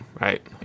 right